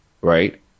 right